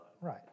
Right